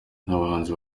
n’abahanzi